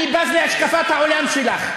אני בז להשקפת העולם שלך.